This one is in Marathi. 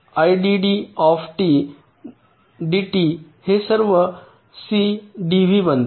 आयडीडी टी IDD डीटी हे सी डीव्ही बनते